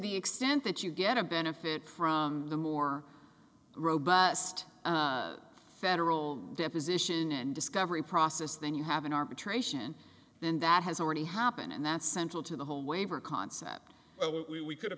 the extent that you get a benefit from a more robust federal deposition and discovery process then you have an arbitration and that has already happened and that's central to the whole waiver concept but we we could have